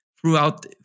throughout